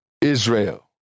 Israel